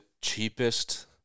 cheapest